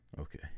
Okay